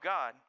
God